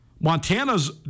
Montana's